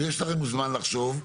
יש לכם זמן לחשוב,